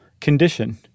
condition